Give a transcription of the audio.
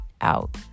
Out